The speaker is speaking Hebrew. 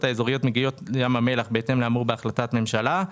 כלכלי וארגוני בעיר בית שמש בהתאם לאמור בהחלטת ממשלה.